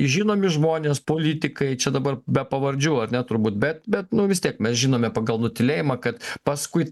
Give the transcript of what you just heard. žinomi žmonės politikai čia dabar be pavardžių ar ne turbūt bet bet vis tiek mes žinome pagal nutylėjimą kad paskui